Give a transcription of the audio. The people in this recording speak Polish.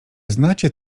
znacie